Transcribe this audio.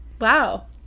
wow